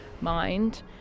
mind